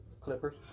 Clippers